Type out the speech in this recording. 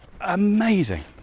amazing